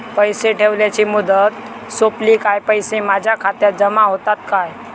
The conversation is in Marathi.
पैसे ठेवल्याची मुदत सोपली काय पैसे माझ्या खात्यात जमा होतात काय?